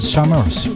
Summers